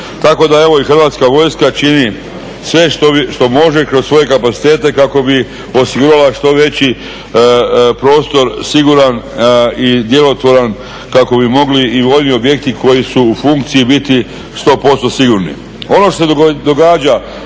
Tako da evo, i Hrvatska vojska čini sve što može kroz svoje kapacitete kako bi osigurala što veći prostor siguran i djelotvoran kako bi mogli i vojni objekti koji su u funkciji biti 100% sigurni.